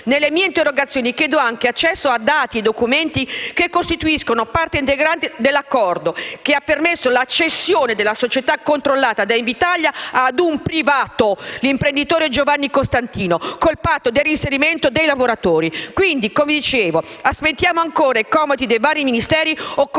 Nelle mie interrogazioni chiedo anche accesso a dati e documenti che costituiscono parte integrante dell'accordo che ha permesso la cessione della società controllata da Invitalia ad un privato, l'imprenditore Giovanni Costantino, con patto di reinserimento dei lavoratori. Quindi, come dicevo, aspettiamo ancora i comodi dei vari Ministeri o cominciamo